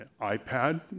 iPad